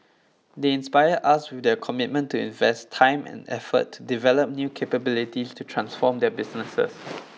they inspire us with their commitment to invest time and effort to develop new capabilities to transform their businesses